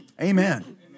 Amen